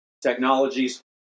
technologies